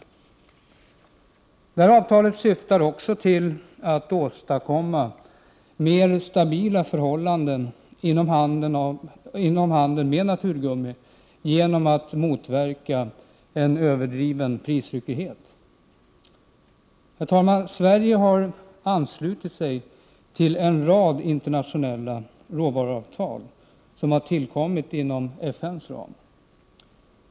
turgummiavtal Avtalet syftar också till att åstadkomma mer stabila förhållanden inom handeln med naturgummi genom att motverka en överdriven prisryckighet. Herr talman! Sverige har anslutit sig till en rad internationella råvaruavtal, som har tillkommit inom FN:s ram.